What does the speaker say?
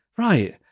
Right